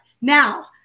Now